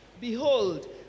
Behold